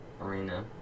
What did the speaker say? arena